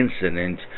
incident